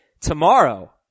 Tomorrow –